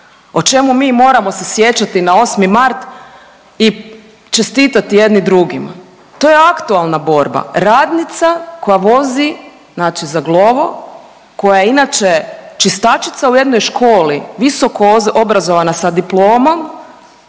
o čemu mi moramo se sjećati na osmi mart i čestitati jedni drugima. To je aktualna borba radnica koja vozi znači za Glovo, koja je inače čistačica u jednoj školi visoko obrazovana sa diplomom